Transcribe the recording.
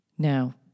Now